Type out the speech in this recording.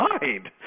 mind